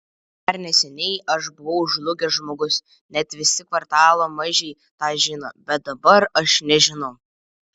dar neseniai aš buvau žlugęs žmogus net visi kvartalo mažiai tą žino bet dabar aš nežinau